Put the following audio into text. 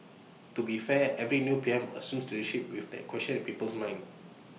to be fair every new P M assumes leadership with that question in people's minds